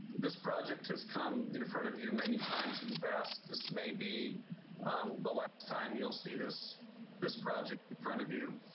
this project has come in front of you, many times in the past. this may be the last time, you'll see this this project front of you.